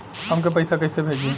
हमके पैसा कइसे भेजी?